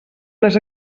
les